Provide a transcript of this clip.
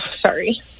Sorry